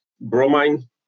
bromine